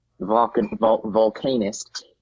volcanist